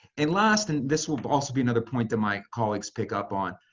and last, and this will also be another point that my colleagues pick up on,